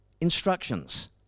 instructions